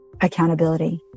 accountability